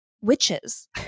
witches